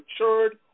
matured